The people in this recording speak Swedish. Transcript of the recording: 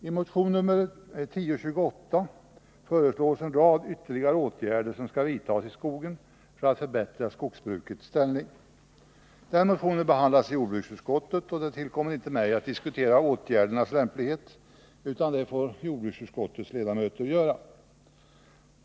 I motion 1028 föreslås att en rad ytterligare åtgärder skall vidtas i skogen för att förbättra skogsbrukets ställning. Denna motion behandlas i jordbruksutskottet, och det tillkommer inte mig att diskutera åtgärdernas lämplighet, utan det får jordbruksutskottets ledamöter göra.